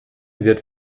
wird